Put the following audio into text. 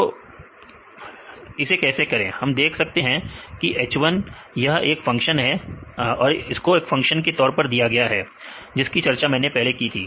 तो इसे कैसे करें हम देख सकते हैं h1 यह एक फंक्शन के तौर पर दिया गया है जिसकी चर्चा मैंने पहले की है